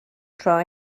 try